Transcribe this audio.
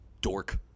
dork